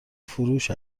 فروش